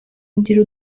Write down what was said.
ngira